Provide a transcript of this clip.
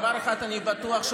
בדבר אחד אני בטוח.